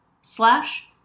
slash